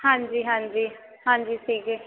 ਹਾਂਜੀ ਹਾਂਜੀ ਹਾਂਜੀ ਸੀਗੇ